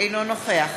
אינו נוכח